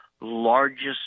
largest